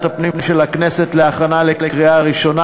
הפנים של הכנסת להכנה לקריאה ראשונה.